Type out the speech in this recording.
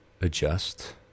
adjust